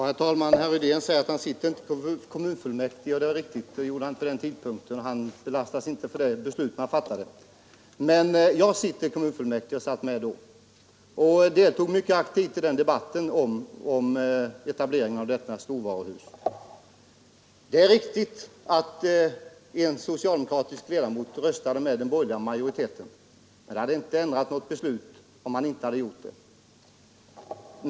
Herr talman! Det är riktigt att herr Rydén inte var ledamot av kommunfullmäktige vid den aktuella tidpunkten, och han kan inte lastas för det beslut som fattades. Men jag sitter i kommunfullmäktige och var ledamot redan då. Jag deltog mycket aktivt i debatten om etableringen av storvaruhus. Det är riktigt att en socialdemokratisk ledamot röstade med den borgerliga majoriteten. Men beslutet hade inte ändrats om han inte hade gjort det.